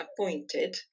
appointed